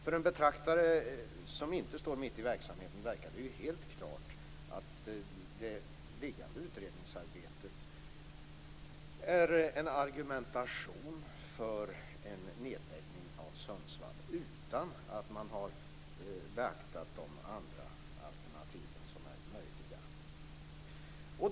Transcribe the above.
För en betraktare som inte står mitt i verksamheten verkar det helt klart att det liggande utredningsarbetet är en argumentation för en nedläggning i Sundsvall utan att man har beaktat andra möjliga alternativ.